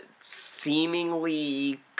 seemingly